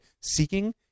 seeking